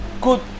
good